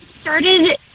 Started